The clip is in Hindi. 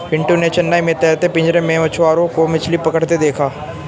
पिंटू ने चेन्नई में तैरते पिंजरे में मछुआरों को मछली पकड़ते देखा